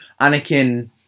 Anakin